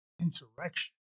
insurrection